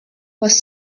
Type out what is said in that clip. was